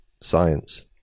science